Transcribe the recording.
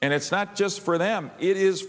and it's not just for them it is